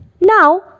Now